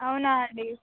అవునా అండి